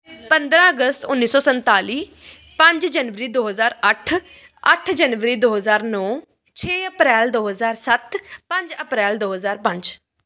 ਪੰਦਰਾਂ ਅਗਸਤ ਉੱਨੀ ਸੌ ਸੰਤਾਲੀ ਪੰਜ ਜਨਵਰੀ ਦੋ ਹਜ਼ਾਰ ਅੱਠ ਅੱਠ ਜਨਵਰੀ ਦੋ ਹਜ਼ਾਰ ਨੌਂ ਛੇ ਅਪ੍ਰੈਲ ਦੋ ਹਜ਼ਾਰ ਸੱਤ ਪੰਜ ਅਪ੍ਰੈਲ ਦੋ ਹਜ਼ਾਰ ਪੰਜ